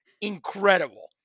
incredible